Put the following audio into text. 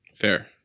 Fair